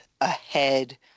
ahead